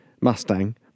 Mustang